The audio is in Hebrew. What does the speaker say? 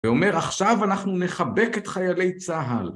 ואומר, עכשיו אנחנו נחבק את חיילי צהל.